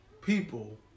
people